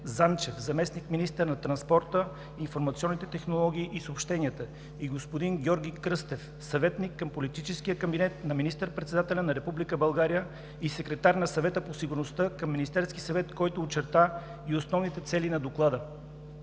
Занчев – заместник-министър на транспорта, информационните технологии и съобщенията, и господин Георги Кръстев – съветник към политическия кабинет на министър-председателя на Република България и секретар на Съвета по сигурността към Министерския съвет, който очерта и основните цели на Доклада.